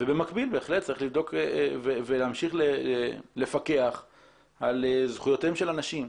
במקביל בהחלט צריך להמשיך לפקח על זכויותיהם של אנשים.